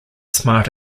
smart